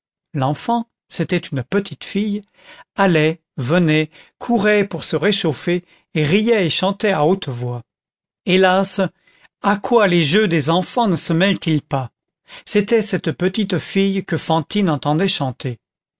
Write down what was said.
l'enfant c'était une petite fille allait venait courait pour se réchauffer riait et chantait à haute voix hélas à quoi les jeux des enfants ne se mêlent ils pas c'était cette petite fille que fantine entendait chanter